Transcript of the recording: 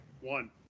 One